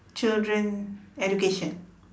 children education